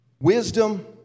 wisdom